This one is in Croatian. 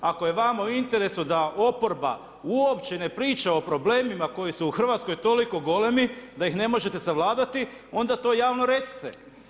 Ako je vama u interesu da oporba uopće ne priča o problemima koji su u Hrvatskoj toliko golemi da ih ne možete savladati onda to javno recite.